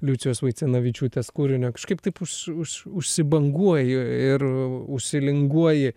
liucijos vaicenavičiūtės kūrinio kažkaip taip už už užsibanguoji ir užsilinguoji